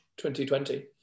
2020